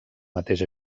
mateix